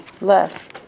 less